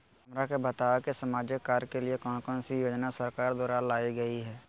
हमरा के बताओ कि सामाजिक कार्य के लिए कौन कौन सी योजना सरकार द्वारा लाई गई है?